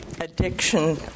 addiction